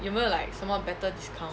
有没有 like 什么 better discount